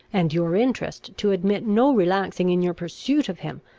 and your interest to admit no relaxing in your pursuit of him,